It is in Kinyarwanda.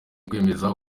kwemeza